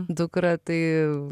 dukra tai